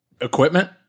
equipment